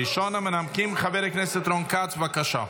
ראשון המנמקים, חבר הכנסת רון כץ, בבקשה.